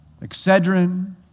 Excedrin